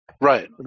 Right